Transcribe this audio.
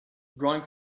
drawing